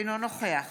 אינו נוכח